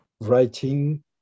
Writing